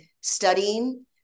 studying